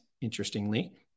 interestingly